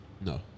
No